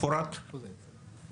כפי שהוא עובד עכשיו.